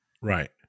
Right